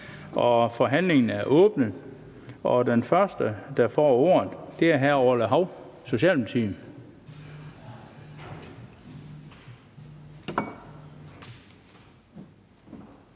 Forhandlingen er åben. Den første, der får ordet, er hr. Orla Hav for Socialdemokratiet.